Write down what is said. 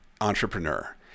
entrepreneur